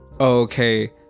okay